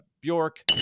Bjork